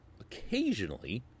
occasionally